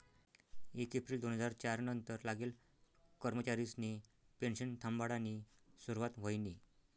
येक येप्रिल दोन हजार च्यार नंतर लागेल कर्मचारिसनी पेनशन थांबाडानी सुरुवात व्हयनी